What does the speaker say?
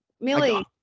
millie